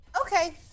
Okay